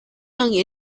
young